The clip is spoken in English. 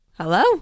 Hello